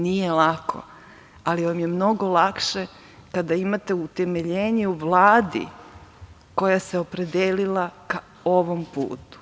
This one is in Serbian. Nije lako, ali vam je mnogo lakše kada imate utemeljenje u Vladi koja se opredelila ka ovom putu.